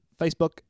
Facebook